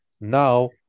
Now